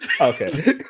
Okay